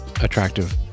attractive